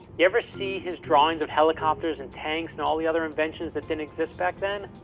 you ever see his drawings of helicopters and tanks and all the other inventions that didn't exist back then?